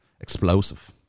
explosive